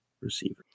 receiver